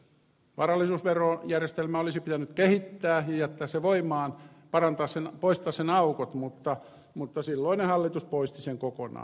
varallisuusverojärjestelmää olisi pitänyt kehittää ja jättää se voimaan poistaa sen aukot mutta silloinen hallitus poisti sen kokonaan